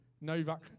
Novak